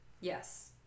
Yes